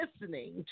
listening